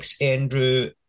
Andrew